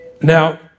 Now